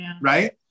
right